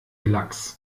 lax